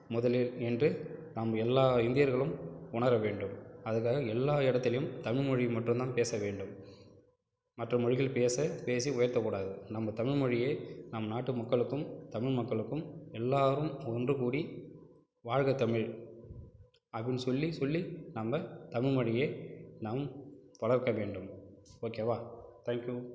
முதலில் என்று நாம் எல்லா இந்தியர்களும் உணரவேண்டும் அதற்காக எல்லா இடத்திலிலும் தமிழ் மொழி மட்டும்தான் பேச வேண்டும் மற்ற மொழிகள் பேச பேசி உயர்த்த கூடாது நம்ம தமிழ் மொழியே நம் நாட்டு மக்களுக்கும் தமிழ் மக்களுக்கும் எல்லாரும் ஒன்றுக்கூடி வாழ்க தமிழ் அப்படினு சொல்லி சொல்லி நம்ம தமிழ் மொழிய நம் வளர்க்க வேண்டும் ஓகேவா தேங்க் யூ